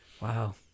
Wow